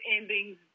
endings